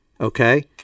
okay